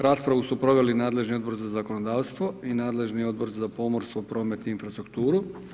Raspravu su proveli nadležni Odbor za zakonodavstvo i nadležni Odbor za pomorstvo, promet i infrastrukturu.